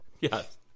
Yes